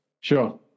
Sure